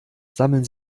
sammeln